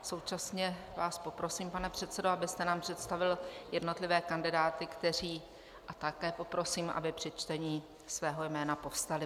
Současně vás poprosím, pane předsedo, abyste nám představil jednotlivé kandidáty, a také poprosím, aby při čtení svého jména povstali.